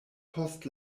post